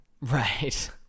right